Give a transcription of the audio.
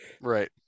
Right